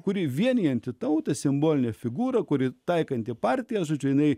kuri vienijanti tautą simbolinė figūra kuri taikanti partiją žodžiu jinai